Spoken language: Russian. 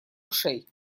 ушей